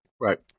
right